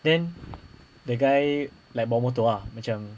then the guy like bawa motor ah macam